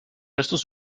estos